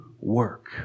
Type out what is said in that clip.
work